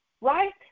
right